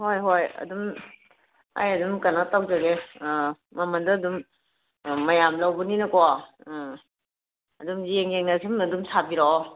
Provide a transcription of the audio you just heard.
ꯍꯣꯏ ꯍꯣꯏ ꯑꯗꯨꯝ ꯑꯩ ꯑꯗꯨꯝ ꯀꯩꯅꯣ ꯇꯧꯖꯒꯦ ꯃꯃꯜꯗꯣ ꯑꯗꯨꯝ ꯃꯌꯥꯝ ꯂꯧꯕꯅꯤꯅꯀꯣ ꯎꯝ ꯑꯗꯨꯝ ꯌꯦꯡ ꯌꯦꯡꯅ ꯑꯁꯣꯝꯅ ꯑꯗꯨꯝ ꯁꯥꯕꯤꯔꯛꯑꯣ